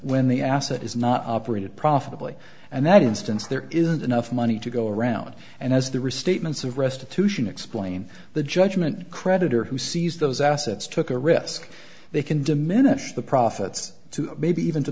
when the asset is not operated profitably and that instance there isn't enough money to go around and as the restatements of restitution explain the judgment creditor who seized those assets took a risk they can diminish the profits to maybe even to